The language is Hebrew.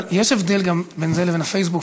אבל יש הבדל בין זה לבין פייסבוק.